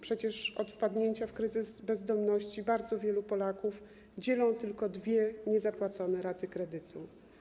Przecież od wpadnięcia w kryzys bezdomności bardzo wielu Polaków dzielą tylko dwie niezapłacone raty kredytu.